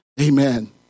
Amen